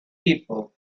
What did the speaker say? people